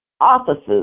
offices